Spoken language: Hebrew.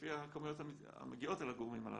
לפי הכמויות המגיעות אל הגורמים הללו.